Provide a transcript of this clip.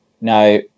Now